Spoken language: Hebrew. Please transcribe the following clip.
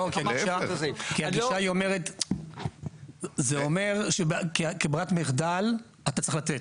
כי הגישה אומרת, שכברירת מחדל אתה צריך לתת.